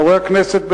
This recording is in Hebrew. חברי הכנסת,